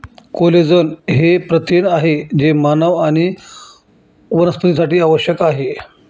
collagen हे प्रथिन आहे जे मानव आणि वनस्पतींसाठी आवश्यक आहे